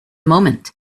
moment